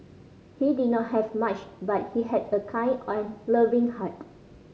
he did not have much but he had a kind and loving heart